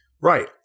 Right